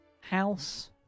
House